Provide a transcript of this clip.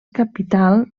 capital